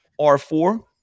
R4